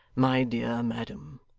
my dear madam